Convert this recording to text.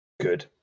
Good